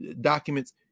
documents